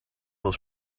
this